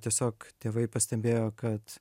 tiesiog tėvai pastebėjo kad